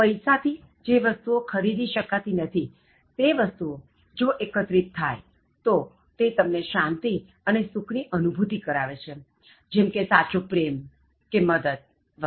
પૈસા થી જે વસ્તુઓ ખરીદી શકાતી નથી તે વસ્તુઓ જો એકત્રિત થાય તો તે તમને શાંતિ અને સુખ ની અનુભૂતિ કરાવે છે જેમ કે સાચો પ્રેમ કે મદદ વિ